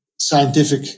scientific